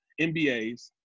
MBAs